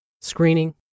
screening